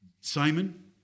Simon